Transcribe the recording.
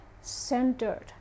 centered